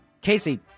Casey